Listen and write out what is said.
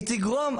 היא תגרום,